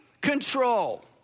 control